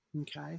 Okay